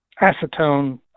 acetone